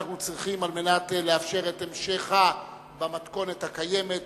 על מנת לאפשר את המשכה במתכונת הקיימת,